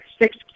six